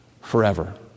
forever